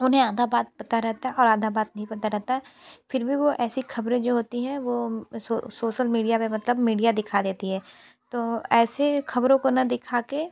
उन्हें आधी बात पता रहती है और आधी बात नहीं पता रहती है फिर भी वो ऐसी ख़बरें जो होती है वो सोशल मीडिया में मतलब मीडिया दिखा देती है तो ऐसी ख़बरों को ना दिखा के